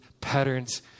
patterns